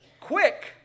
Quick